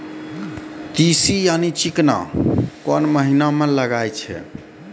तीसी यानि चिकना कोन महिना म लगाय छै?